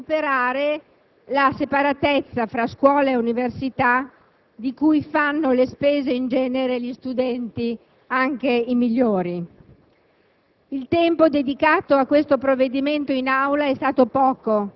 Una visione complessa dell'orientamento, che mira a superare la separatezza tra scuola e università di cui fanno le spese in genere gli studenti, anche i migliori.